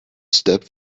step